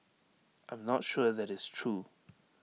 I'm not sure that is true